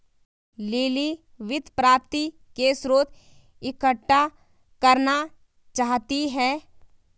lily वित्त प्राप्ति के स्रोत इकट्ठा करना चाहती है